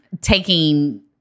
taking